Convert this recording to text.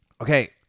Okay